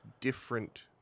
different